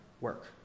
work